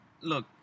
Look